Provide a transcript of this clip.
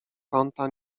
kąta